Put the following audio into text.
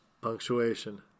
Punctuation